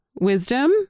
wisdom